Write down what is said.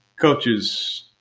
coaches